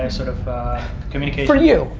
ah sort of communication for you.